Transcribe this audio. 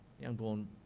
young-born